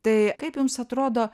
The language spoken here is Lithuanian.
tai kaip jums atrodo